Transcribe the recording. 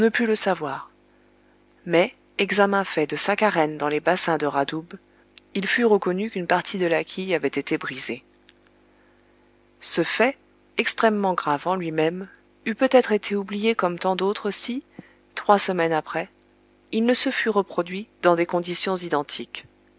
put le savoir mais examen fait de sa carène dans les bassins de radoub il fut reconnu qu'une partie de la quille avait été brisée ce fait extrêmement grave en lui-même eût peut-être été oublié comme tant d'autres si trois semaines après il ne se fût reproduit dans des conditions identiques